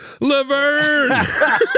Laverne